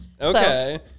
Okay